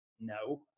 no